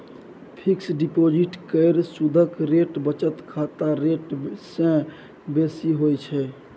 fix deposit केर सुदक rate बचत खाताक रेट सँ बेसी होइ छै